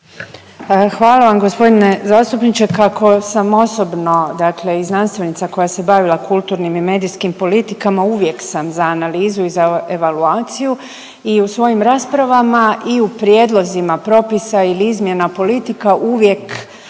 Hvala vam gospodine zastupniče, kako sam osobno dakle i znanstvenica koja se bavila kulturnim i medijskim politikama, uvijek sam za analizu i za evaluaciju i u svojim raspravama i u prijedlozima propisa ili izmjena politika uvijek